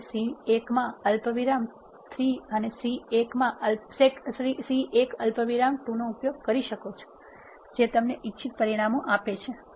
તમે c 1 અલ્પવિરામ 3 અને c 1 અલ્પવિરામ 2 નો ઉપયોગ કરી શકો છો જે તમને ઇચ્છિત પરિણામ આપે છે